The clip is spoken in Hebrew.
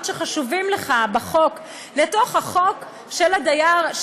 שחשובים לך בחוק לתוך החוק של הדייר,